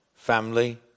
Family